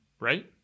right